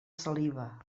saliva